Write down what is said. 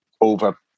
over